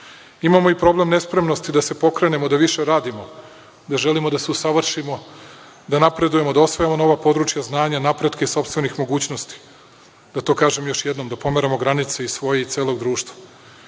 Imamo i problem nespremnosti da se pokrenemo da više radimo, da želimo da se usavršimo, da napredujemo, da osvajamo nova područja znanja, napretke sopstvenih mogućnosti. Da to kažem još jednom, da pomeramo granice i svoje i celog društva